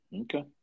Okay